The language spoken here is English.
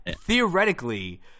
Theoretically